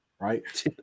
right